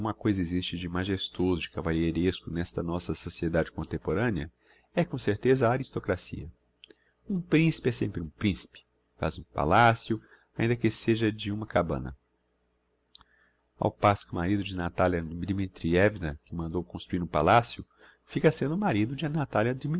coisa existe de majestoso de cavalheiresco n'esta nossa sociedade contemporanea é com certeza a aristocracia um principe é sempre um principe faz um palacio ainda que seja de uma cabana ao passo que o marido da natalia dmitrievna que mandou construir um palacio fica sendo o marido da natalia